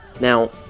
Now